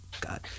God